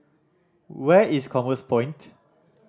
where is Commerce Point